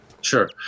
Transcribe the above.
sure